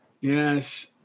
Yes